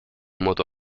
moto